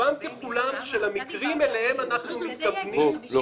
רובם ככולם של המקרים אליהם אנחנו מתייחסים.